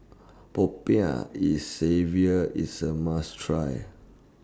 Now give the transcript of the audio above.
Popiah E saviour IS A must Try